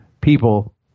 people